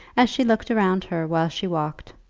as she looked around her while she walked,